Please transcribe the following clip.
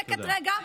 שקט רגע.